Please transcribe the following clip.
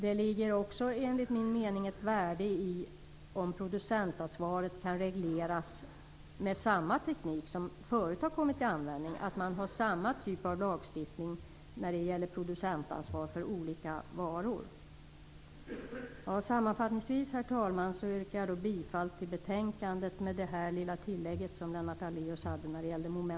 Enligt min mening ligger det också ett värde i att producentansvaret kan regleras med samma teknik som har använts tidigare, dvs. att man när det gäller producentansvar har samma typ av lagstiftning för olika varor. Sammanfattningsvis, herr talman, yrkar jag bifall till hemställan i betänkandet, med det lilla tillägg som Lennart Daléus hade när det gällde mom. 2.